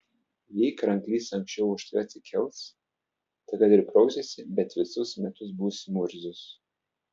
jei kranklys anksčiau už tave atsikels tai kad ir prausiesi bet visus metus būsi murzius